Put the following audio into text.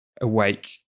awake